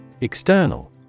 External